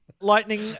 Lightning